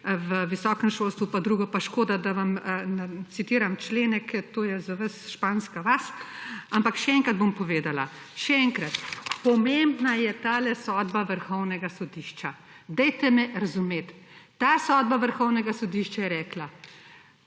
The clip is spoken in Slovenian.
v visokem šolstvu pa drugo. Pa škoda, da vam citiram člene, ker to je za vas španska vas. Ampak še enkrat bom povedala, še enkrat. Pomembna je tale sodba vrhovnega sodišča. Dajte me razumeti. Ta sodba vrhovnega sodišča je rekla,